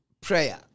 prayer